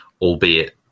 albeit